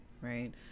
right